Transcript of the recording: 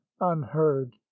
unheard